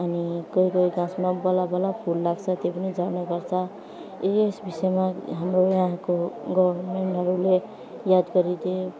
अनि कोही कोही गाछमा बल्ल बल्ल फुल लाग्छ त्यो पनि झर्ने गर्छ यस विषयमा हाम्रो यहाँको गभर्मेन्टहरूले याद गरिदिए